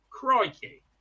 Crikey